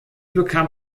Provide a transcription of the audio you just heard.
bekam